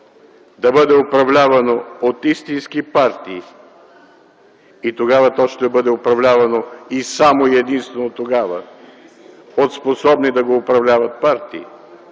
да бъде управлявано от истински партии? И тогава то ще бъде управлявано, и само и единствено тогава, от способни да го управляват партии.